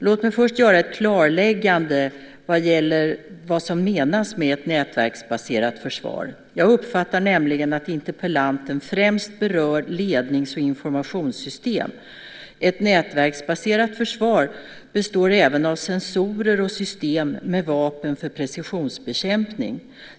Låt mig först göra ett klarläggande avseende vad som menas med ett "Nätverksbaserat försvar". Jag uppfattar nämligen att interpellanten främst berör lednings och informationssystem. Ett nätverksbaserat försvar består även av sensorer och system med vapen för precisionsbekämpning.